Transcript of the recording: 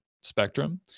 spectrum